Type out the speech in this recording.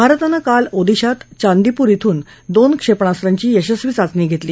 भारतानं काल ओदिसात चांदीपुर इथून दोन क्षेपणास्त्राची यशस्वी चाचणी घेतली